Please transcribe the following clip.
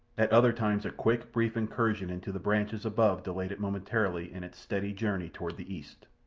at other times a quick, brief incursion into the branches above delayed it momentarily in its steady journey toward the east.